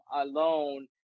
alone